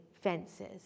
fences